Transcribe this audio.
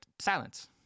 silence